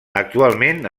actualment